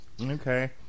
Okay